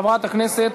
ובעיקר הכנסת,